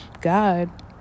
God